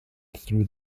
through